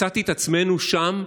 מצאתי את עצמנו שם,